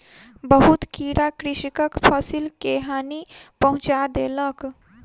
बहुत कीड़ा कृषकक फसिल के हानि पहुँचा देलक